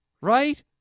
right